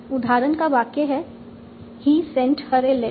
उदाहरण का वाक्य है he sent her a letter